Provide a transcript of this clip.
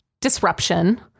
disruption